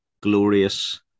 glorious